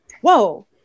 whoa